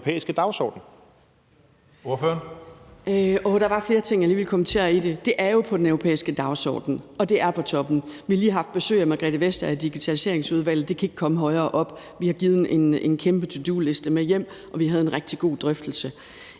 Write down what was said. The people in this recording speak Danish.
Der var flere ting, jeg gerne ville kommentere i det. Det er jo på den europæiske dagsorden, og det er på toppen. Vi har lige haft besøg af Margrethe Vestager i Digitaliseringsudvalget. Det kan ikke komme højere op. Vi har givet hende en kæmpe to do-liste med hjem, og vi havde en rigtig god drøftelse.